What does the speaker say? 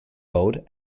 gold